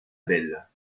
belle